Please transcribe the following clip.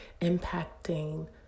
impacting